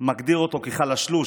מגדיר אותו כחלשלוש,